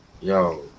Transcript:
Yo